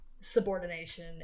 subordination